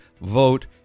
vote